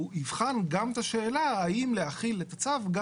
הוא יבחן גם את השאלה האם להחיל את הצו גם